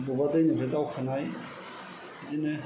बबेबा दैनिफ्राय दावखोनाय बिदिनो